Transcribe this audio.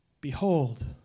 Behold